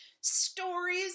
stories